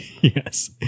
Yes